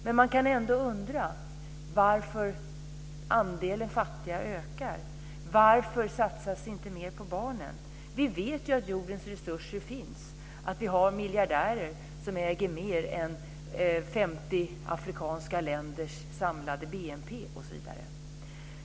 Men man kan ändå undra varför andelen fattiga ökar. Varför satsas inte mer på barnen? Vi vet ju att jordens resurser finns och att vi har miljardärer som äger mer än 50 afrikanska länders samlade BNP osv.